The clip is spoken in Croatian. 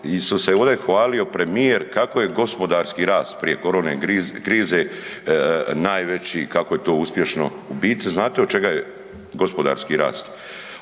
i što se ovdje hvalio premijer kako je gospodarski rast prije korone krize najveći kako je to uspješno. U biti znate od čega je gospodarski rast,